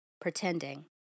pretending